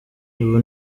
ubu